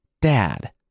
Dad